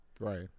Right